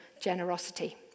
generosity